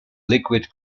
liquid